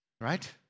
right